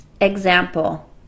example